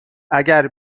اگر